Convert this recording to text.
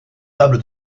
table